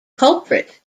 culprit